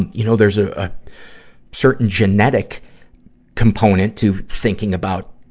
and you know, there's a certain genetic component to thinking about,